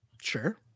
sure